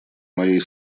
моей